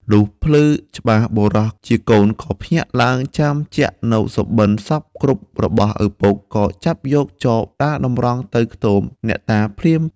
លុះភ្លឺច្បាស់បុរសជាកូនក៏ភ្ញាក់ឡើង ចាំជាក់នូវសុបិនសព្វគ្រប់របស់ឪពុក ក៏ចាប់យកចបដើរតម្រង់ទៅខ្ទមអ្នកតាភ្លាម។